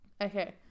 Okay